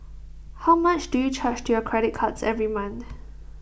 how much do you charge to your credit cards every month